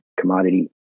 commodity